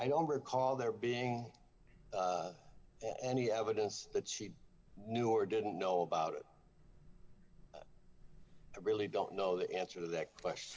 i don't recall there being any evidence that she knew or didn't know about it i really don't know the answer to that question